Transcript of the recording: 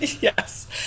Yes